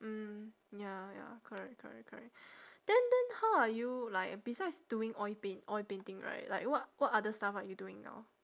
mm ya ya correct correct correct then then how are you like besides doing oil paint oil painting right like what what other stuff are you doing now